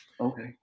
Okay